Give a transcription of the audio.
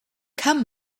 come